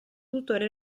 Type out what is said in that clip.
tuttora